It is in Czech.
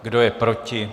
Kdo je proti?